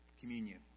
communion